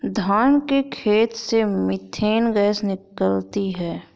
धान के खेत से मीथेन गैस निकलती है